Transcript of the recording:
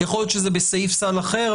יכול להיות שזה בסעיף סל אחר,